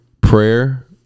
Prayer